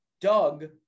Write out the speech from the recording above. Doug